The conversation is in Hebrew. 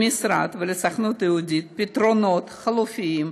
למשרד ולסוכנות היהודית פתרונות חלופיים